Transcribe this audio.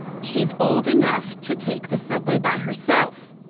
she's old enough to take the subway by herself,